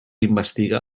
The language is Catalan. investigar